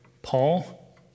Paul